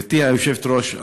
גברתי היושבת-ראש,